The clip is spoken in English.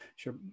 sure